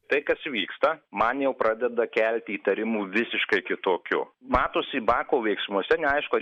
tai kas vyksta man jau pradeda kelti įtarimų visiškai kitokiu matosi bako veiksmuose neaišku